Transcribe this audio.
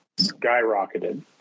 skyrocketed